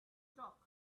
talk